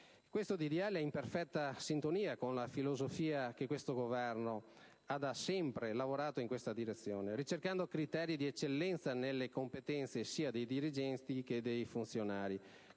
disegno di legge è in perfetta sintonia con la filosofia di questo Governo che da sempre ha lavorato in tale direzione, ricercando criteri di eccellenza nelle competenze sia dei dirigenti che dei funzionari